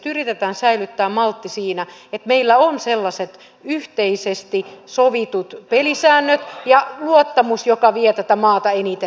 yritetään säilyttää maltti siinä että meillä on sellaiset yhteisesti sovitut pelisäännöt ja luottamus joka vie tätä maata eniten eteenpäin